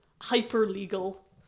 hyper-legal